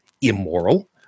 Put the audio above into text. immoral